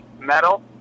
Metal